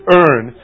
earn